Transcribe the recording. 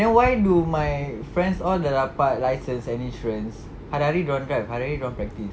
then why do my friends all dah dapat license and insurance hari-hari dorang drive hari-hari dorang practise